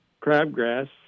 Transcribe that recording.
crabgrass